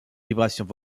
vibrations